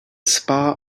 spa